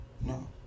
No